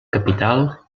capital